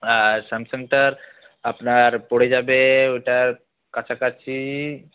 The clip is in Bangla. আর স্যামসাংটার আপনার পড়ে যাবে ওটার কাছাকাছি